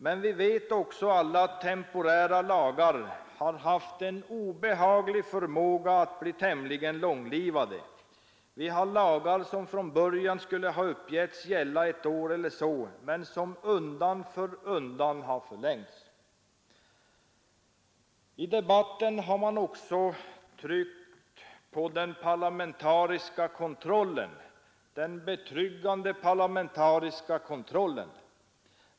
Men vi vet också alla att temporära lagar har haft en obehaglig förmåga att bli tämligen långlivade. Vi har lagar som från början uppgetts skulle komma att gälla ett år eller så men som undan för undan har förlängts. I debatten har man också tryckt på den parlamentariska kontrollen, den betryggande parlamentariska kontrollen.